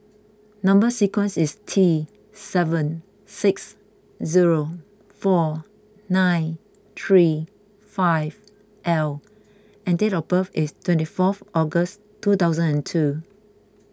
Number Sequence is T seven six zero four nine three five L and date of birth is twenty fourth August two thousand and two